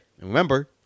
remember